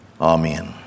Amen